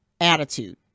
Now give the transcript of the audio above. attitude